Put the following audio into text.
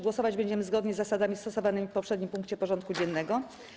Głosować będziemy zgodnie z zasadami stosowanymi w poprzednim punkcie porządku dziennego.